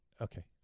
Okay